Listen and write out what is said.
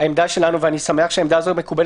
אבל ממה